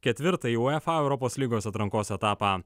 ketvirtąjį uefa europos lygos atrankos etapą